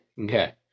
Okay